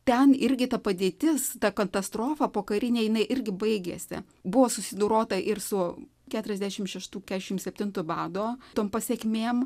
ten irgi ta padėtis ta katastrofa pokarinė jinai irgi baigėsi buvo susidorota ir su keturiasdešimt šeštų keturiasdešimt septintų bado tom pasekmėm